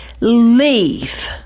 Leave